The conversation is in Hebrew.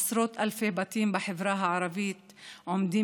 עשרות אלפי בתים בחברה הערבית עומדים